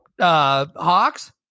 Hawks